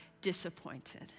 disappointed